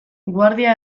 guardia